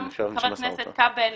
גם חבר הכנסת כבל,